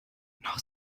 noch